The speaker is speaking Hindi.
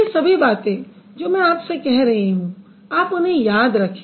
ये सभी बातें जो मैं आपसे कह रही हूँ आप उन्हें याद रखें